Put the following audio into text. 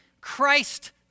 Christ